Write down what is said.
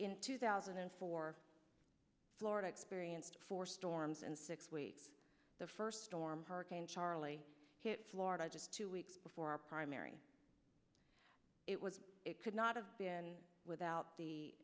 in two thousand and four florida experienced four storms and six weeks the first storm hurricane charley hit florida just two weeks before our primary it was it could not have been without the